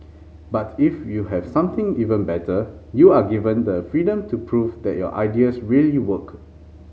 but if you have something even better you are given the freedom to prove that your ideas really work